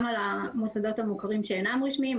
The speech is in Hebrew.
גם על המוסדות המוכרים שאינם רשמיים,